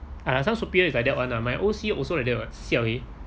some superior is like that [one] ah my O_C also like that [what] siao eh